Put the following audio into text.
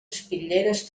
espitlleres